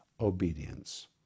obedience